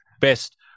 best